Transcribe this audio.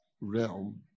realm